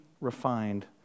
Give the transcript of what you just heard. refined